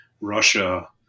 Russia